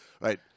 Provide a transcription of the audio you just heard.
right